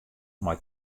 mei